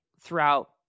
throughout